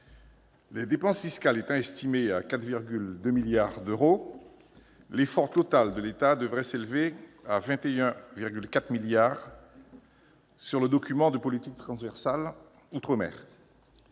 Les dépenses fiscales étant estimées à 4,2 milliards d'euros, l'effort total de l'État devrait s'élever à 21,4 milliards d'euros, selon le document de politique transversale outre-mer.